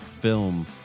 film